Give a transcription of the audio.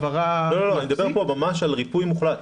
לא, אני מדבר פה ממש על ריפוי מוחלט.